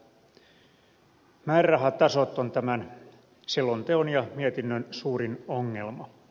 määrärahatasot ovat tämän selonteon ja mietinnön suurin ongelma